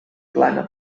plana